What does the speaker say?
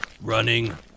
running